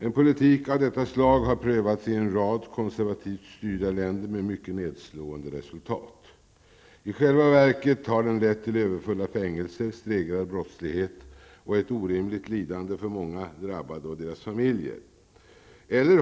En politik av detta slag har prövats i en rad konservativt styrda länder med mycket nedslående resultat. I själva verket har den lett till överfulla fängelser, stegrad brottslighet och ett orimligt lidande för många drabbade och deras familjer.